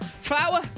flower